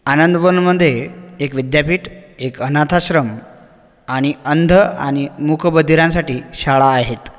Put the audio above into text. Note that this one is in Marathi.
आनंदवनमध्ये एक विद्यापीठ एक अनाथाश्रम आणि अंध आणि मूक बधिरांसाठी शाळा आहेत